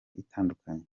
itandukanye